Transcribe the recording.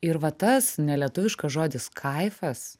ir va tas nelietuviškas žodis kaifas